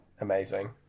Amazing